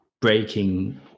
breaking